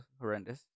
horrendous